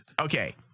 Okay